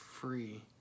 free